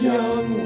Young